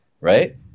right